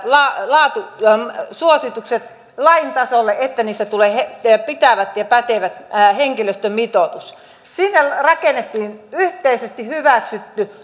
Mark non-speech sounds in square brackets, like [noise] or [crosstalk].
laatusuositukset lain tasolle että niihin tulee pitävä ja pätevä henkilöstömitoitus siitä rakennettiin yhteisesti hyväksytty [unintelligible]